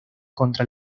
contra